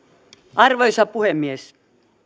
arvoisa puhemies